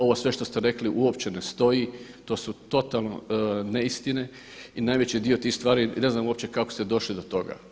Ovo sve što ste rekli uopće ne stoji, to su totalno neistine i najveći dio tih stvari i ne znam uopće kako ste došli do toga.